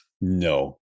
No